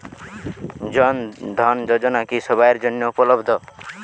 জন ধন যোজনা কি সবায়ের জন্য উপলব্ধ?